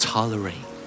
Tolerate